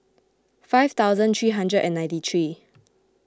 five thousand three hundred and ninety three